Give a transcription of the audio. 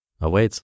awaits